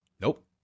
Nope